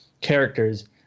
characters